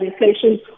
inflation